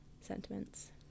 sentiments